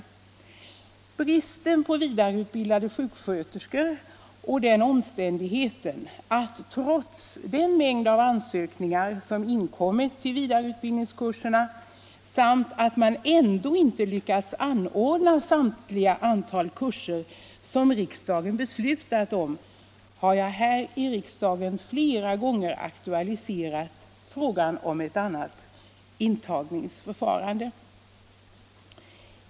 Mot bakgrund av bristen på vidareutbildade sjuksköterskor och den omständigheten att man, trots den mängd av ansökningar som inkommit till vidareutbildningskurserna, ännu inte lyckats anordna samtliga kurser som riksdagen beslutat om har jag här i riksdagen flera gånger aktualiserat frågan om ett annat antagningsförfarande.